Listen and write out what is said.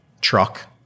truck